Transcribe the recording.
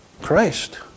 Christ